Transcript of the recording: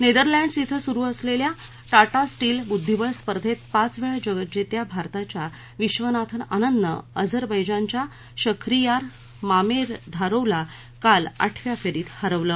Netherlands इथं सुरु असलेल्या टाटा स्टील बुद्वीबळ स्पर्धेत पाचवेळा जगज्जेत्या भारताच्या विबनाथन आनंदनं अझरबैजानच्या शखरियार मामेधारोवला काल आठव्या फेरीत हरवलं